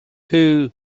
two